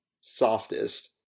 softest